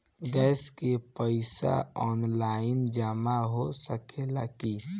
Gas के पइसा online जमा हो सकेला की?